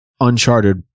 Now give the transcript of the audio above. uncharted